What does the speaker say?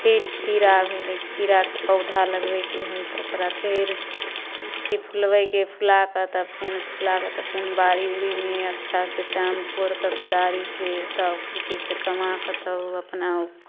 फेर खीरा भेलै खीराके पौधा लगबैके है तऽ ओकरा फेर बिच्ची फुलबैके फुला कऽ तब फेर फुला कऽ तब फेर बारी ऊरीमे अच्छा से तामि कोरि कऽ कोदारी से तब खुरपी से कमा कऽ तब ओ अपना ओ